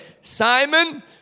Simon